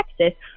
Texas